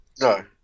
No